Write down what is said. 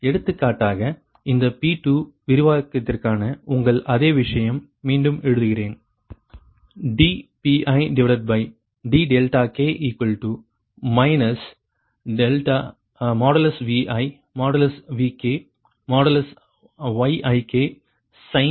எடுத்துக்காட்டாக இந்த P2 விரிவாக்கத்திற்கான உங்கள் அதே விஷயம் மீண்டும் எழுதுகிறேன்